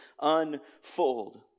unfold